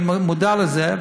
אני מודע לזה,